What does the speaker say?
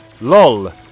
Lol